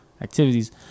activities